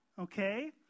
Okay